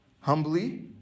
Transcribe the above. humbly